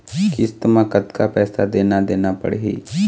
किस्त म कतका पैसा देना देना पड़ही?